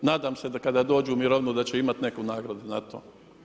Nadam se da kada dođu u mirovinu da će imati neku nagradu na tome.